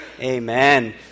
amen